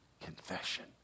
confession